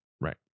Right